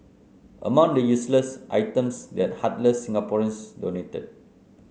among the useless items that heartless Singaporeans donated